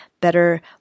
better